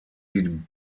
die